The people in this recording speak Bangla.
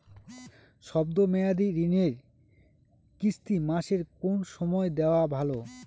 শব্দ মেয়াদি ঋণের কিস্তি মাসের কোন সময় দেওয়া ভালো?